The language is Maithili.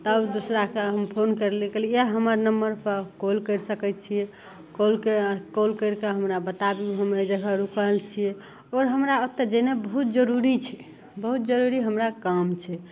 तब दूसरा के हम फोन करलियै कहलियै इएह हमर नम्बरपर कॉल कर सकैत छियै कॉल कऽ कॉल करिकऽ हमरा बता दू हम अइजाँ जगह रूकल छियै आओर हमरा ओतऽ जेनाइ बहुत जरूरी छै बहुत जरूरी हमरा काम छै